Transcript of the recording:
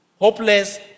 Hopeless